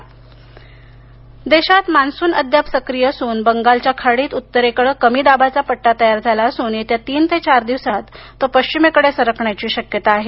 हवामान देशात मान्सून अद्याप सक्रीय असून बंगालच्या खाडीत उत्तरेकडे कमी दाबाचा पट्टा तयार झाला असून येत्या तीन ते चार दिवसात तो पश्चीमेकडे सरकण्याची शक्यता आहे